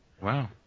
Wow